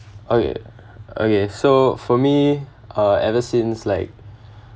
okay okay so for me uh ever since like